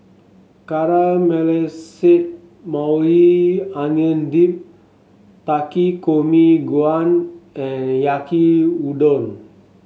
Caramelized Maui Onion Dip Takikomi Gohan and Yaki Udon